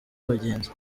abagenzi